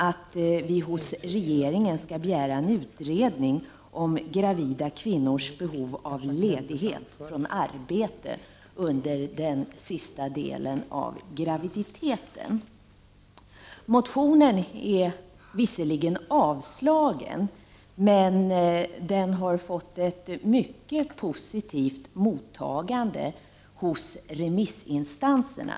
Vi vill hos regeringen begära en utredning om gravida kvinnors behov av ledighet från arbete under den sista delen av graviditeten. Motionen är visserligen avstyrkt, men den har fått ett mycket positivt mottagande hos remissinstanserna.